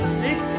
six